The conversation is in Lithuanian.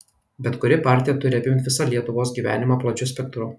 bet kuri partija turi apimt visą lietuvos gyvenimą plačiu spektru